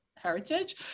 heritage